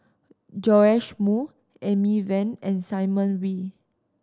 Joash Moo Amy Van and Simon Wee